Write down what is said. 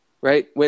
right